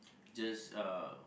just uh